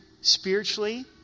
spiritually